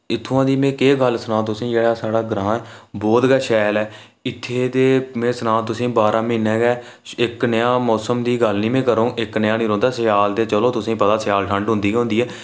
इत्थुआं दी में केह् गल्ल सनांऽ में तुसें गी एह् साढ़ा जेह्ड़ा ग्रांऽ बहुत गै शैल ऐ ते इत्थै दे में सनांऽ तुसें गी बारां म्हीनै गै इक नेहां मौसम दी गल्ल निं में करङ इक नेहा निं रौंह्दा स्याल ते चलो तुसें गी पता गै स्याल ठंड होंदी गै होंदी ऐ